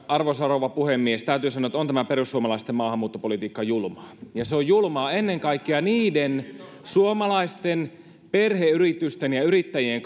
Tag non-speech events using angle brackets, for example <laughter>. arvoisa rouva puhemies täytyy sanoa että on tämä perussuomalaisten maahanmuuttopolitiikka julmaa ja se on julmaa ennen kaikkea niiden suomalaisten perheyritysten ja yrittäjien <unintelligible>